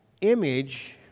image